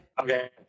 Okay